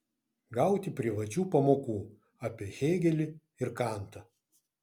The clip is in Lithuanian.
gauti privačių pamokų apie hėgelį ir kantą